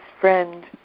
friend